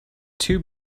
too